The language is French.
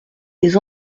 des